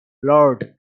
blurred